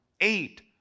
eight